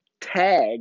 tag